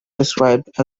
described